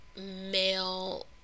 male